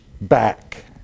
back